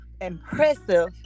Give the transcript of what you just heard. impressive